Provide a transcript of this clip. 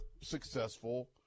successful